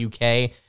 uk